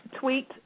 tweet